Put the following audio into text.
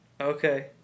Okay